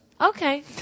Okay